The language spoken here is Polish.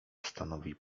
stanowi